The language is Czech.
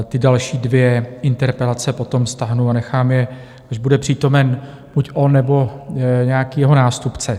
Ty další dvě interpelace potom stáhnu a nechám je, když bude přítomen buď on, nebo nějaký jeho nástupce.